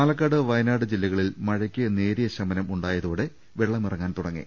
പാലക്കാട് വയനാട് ജില്ലകളിൽ മഴയ്ക്ക് നേരിയ ശമനമുണ്ടായതോടെ വെള്ളമിറങ്ങാൻ തുടങ്ങി